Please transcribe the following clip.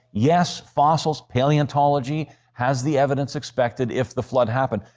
yes, fossils, palaeontology has the evidence expected if the flood happened.